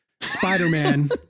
Spider-Man